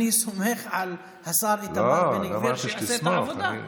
אני סומך על השר איתמר בן גביר שיעשה את העבודה.